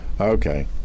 Okay